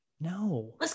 No